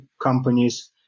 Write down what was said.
companies